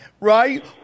right